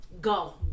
Go